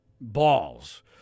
balls